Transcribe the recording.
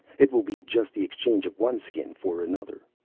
it will be just the exchange of one skin for another.